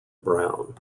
brown